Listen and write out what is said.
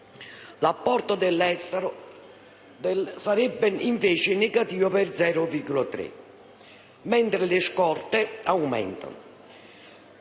L'apporto dell'estero sarebbe invece negativo, per 0,3 punti, mentre le scorte aumentano.